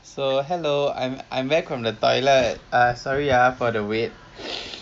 so hello I'm I'm went from the toilet ah sorry ah for the wait